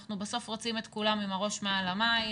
אנחנו בסוף רוצים את כולם עם הראש מעל המים,